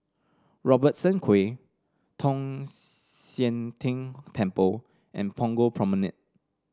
Robertson Quay Tong Sian Tng Temple and Punggol Promenade